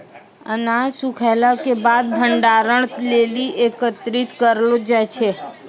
अनाज सूखैला क बाद भंडारण लेलि एकत्रित करलो जाय छै?